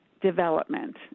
development